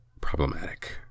problematic